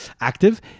active